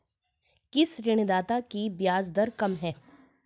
किस ऋणदाता की ब्याज दर कम है?